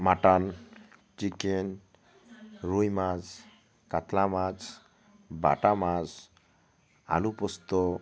mutton chicken রুই মাছ কাতলা মাছ বাটা মাছ আলু পোস্ত